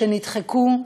שנדחקו,